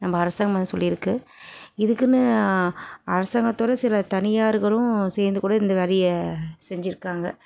நம்ம அரசாங்கம் அதை சொல்லியிருக்கு இதுக்குன்னு அரசாங்கத்தோடு சில தனியார்களும் சேர்ந்துக்கூட இந்த வேலையை செஞ்சுருக்காங்க